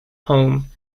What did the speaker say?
home